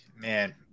man